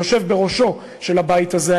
היושב בראשו של הבית הזה,